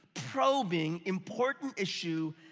probing important issue,